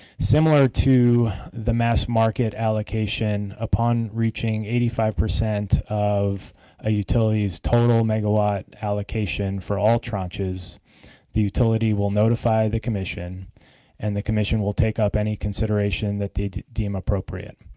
similar to the mass market allocation upon reaching eighty five percent of a utility's total mega watt allocation for all tranches, the utility will notify the commission and the commission will take up any consideration that they deem appropriate.